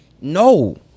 No